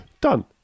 Done